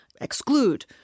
exclude